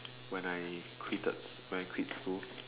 when I quitted when I quit school